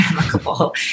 amicable